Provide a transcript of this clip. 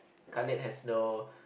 Khalid has no